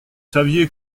saviez